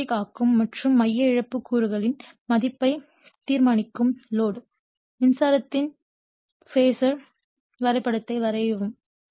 magnetic ஆக்கும் மற்றும் மைய இழப்பு கூறுகளின் மதிப்பைத் தீர்மானிக்கும் லோடு மின்சாரத்தின் பேஸர் வரைபடத்தை வரையவும்